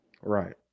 Right